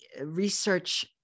research